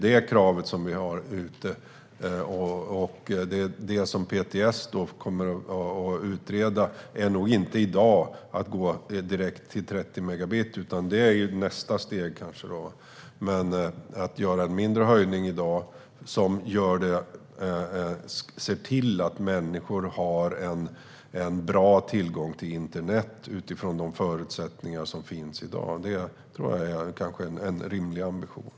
Det som PTS kommer att utreda är nog inte att gå direkt till 30 megabit, utan det är kanske nästa steg. Men att göra en mindre höjning som ser till att människor har en bra tillgång till internet utifrån de förutsättningar som finns i dag tror jag kan vara en rimlig ambition.